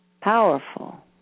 powerful